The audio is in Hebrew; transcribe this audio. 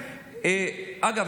אגב,